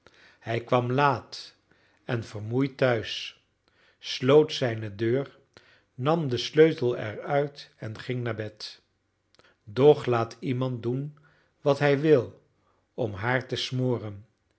hij kwam laat en vermoeid tehuis sloot zijne deur nam den sleutel er uit en ging naar bed doch laat iemand doen wat hij wil om haar te smoren